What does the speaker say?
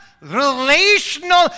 relational